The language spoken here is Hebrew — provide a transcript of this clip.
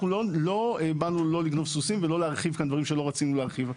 אנחנו לא באנו לגנוב סוסים ולא להרחיב כאן דברים שלא רצינו להרחיב.